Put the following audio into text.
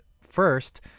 first